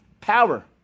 power